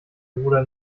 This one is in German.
bruder